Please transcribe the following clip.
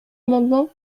amendement